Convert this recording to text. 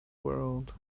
world